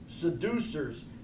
seducers